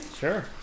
Sure